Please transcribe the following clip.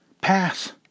pass